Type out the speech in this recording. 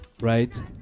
Right